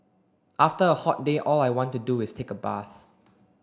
after a hot day all I want to do is take a bath